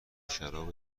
شراب